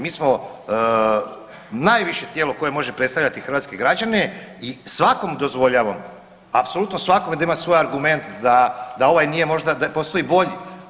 Mi smo najviše tijelo koje može predstavljati hrvatske građane i svakom dozvoljavam, apsolutno svakome da ima svoj argument da ovaj nije možda, da postoji i bolji.